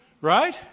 Right